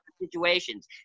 situations